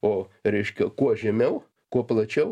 o reiškia kuo žemiau kuo plačiau